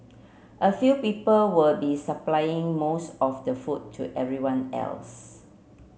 a few people will be supplying most of the food to everyone else